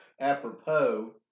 apropos